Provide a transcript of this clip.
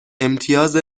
امتیاز